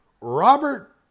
Robert